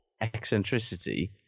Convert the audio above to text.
eccentricity